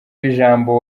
w’ijambo